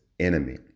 enemy